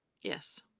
yes